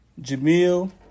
Jamil